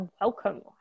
welcome